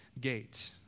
gate